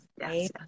Yes